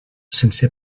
sense